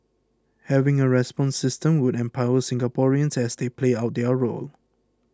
having a response system would empower Singaporeans as they play out their role